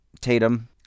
Tatum